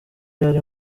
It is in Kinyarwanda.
yari